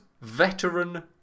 veteran